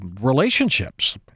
relationships